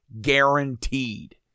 guaranteed